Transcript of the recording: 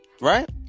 Right